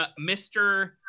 Mr